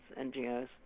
NGOs